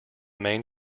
main